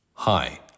Hi